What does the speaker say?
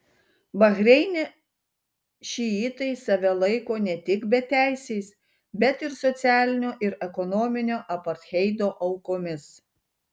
bahreine šiitai save laiko ne tik beteisiais bet ir socialinio ir ekonominio apartheido aukomis